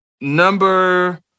Number